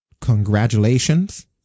congratulations